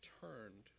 turned